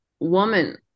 Woman